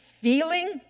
feeling